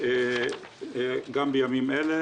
גם בימים אלה.